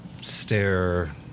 Stare